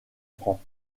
francs